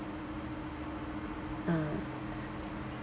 mm